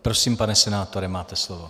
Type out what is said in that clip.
Prosím, pane senátore, máte slovo.